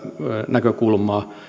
näkökulmasta